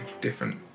different